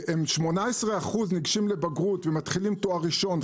18% ניגשים לבגרות ומתחילים תואר ראשון,